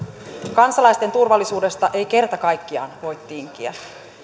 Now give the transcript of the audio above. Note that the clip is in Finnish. kansalaisten turvallisuudesta ei kerta kaikkiaan voi tinkiä